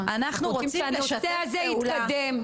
אנחנו רוצים שהנושא הזה יתקדם,